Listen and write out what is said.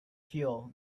fuel